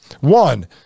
One